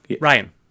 Ryan